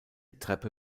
treppe